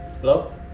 Hello